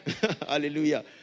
Hallelujah